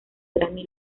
grammy